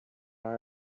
our